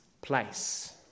place